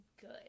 good